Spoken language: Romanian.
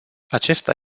acesta